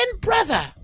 brother